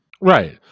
Right